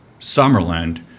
Summerland